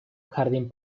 jardín